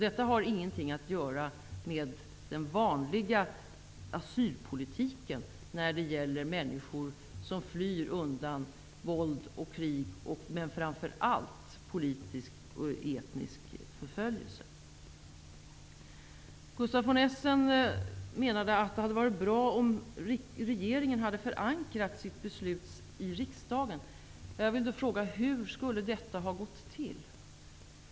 Detta har ingenting att göra med den vanliga asylpolitiken, som gäller människor som flyr undan våld och krig, men framför allt politisk och etnisk förföljelse. Gustaf von Essen menade att det hade varit bra om regeringen hade förankrat sitt beslut i riksdagen. Jag vill då fråga: Hur skulle detta ha gått till?